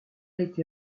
été